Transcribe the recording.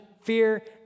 fear